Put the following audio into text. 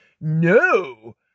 no